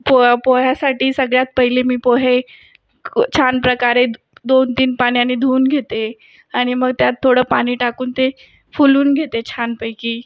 पोहा पोह्यासाठी सगळ्यात पहिले मी पोहे छान प्रकारे दोन तीन पाण्याने धुवून घेते आणि मग त्यात थोडं पाणी टाकून ते फुलवून घेते छानपैकी